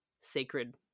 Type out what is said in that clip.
sacred